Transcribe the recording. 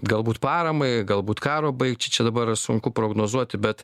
galbūt paramai galbūt karo baigčiai čia dabar sunku prognozuoti bet